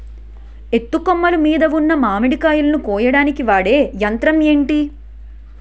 ఎత్తు కొమ్మలు మీద ఉన్న మామిడికాయలును కోయడానికి వాడే యంత్రం ఎంటి?